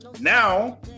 Now